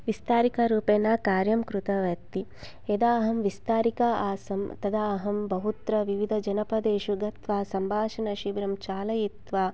विस्तारिकारूपेण कार्यं कृतवती यदा अहं विस्तारिका आसम् तदा अहं बहुत्र विविधेषजनपदेषु गत्वा सम्भाषणशिबिरं चालयित्वा